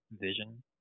vision